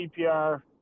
CPR